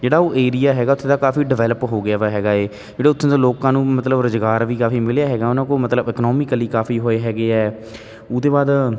ਜਿਹੜਾ ਉਹ ਏਰੀਆ ਹੈਗਾ ਉੱਥੇ ਦਾ ਕਾਫੀ ਡਿਵੈਲਪ ਹੋ ਗਿਆ ਵਾ ਹੈਗਾ ਏ ਜਿਹੜੇ ਉੱਥੇ ਲੋਕਾਂ ਨੂੰ ਮਤਲਬ ਰੁਜ਼ਗਾਰ ਵੀ ਕਾਫੀ ਮਿਲਿਆ ਹੈਗਾ ਉਹਨਾਂ ਕੋਲ ਮਤਲਬ ਇਕਨੋਮਿਕਲੀ ਕਾਫੀ ਹੋਏ ਹੈਗੇ ਹੈ ਉਹਦੇ ਬਾਅਦ